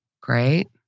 Great